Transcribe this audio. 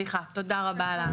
סליחה ותודה רבה על העזרה.